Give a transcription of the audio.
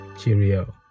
cheerio